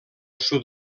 sud